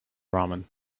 ramen